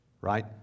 right